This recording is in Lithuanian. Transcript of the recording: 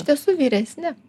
iš tiesų vyresni